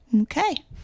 Okay